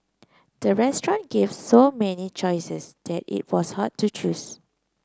the restaurant gave so many choices that it was hard to choose